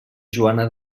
joana